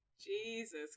Jesus